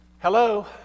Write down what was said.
Hello